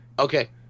Okay